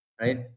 right